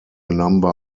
number